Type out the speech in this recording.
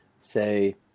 say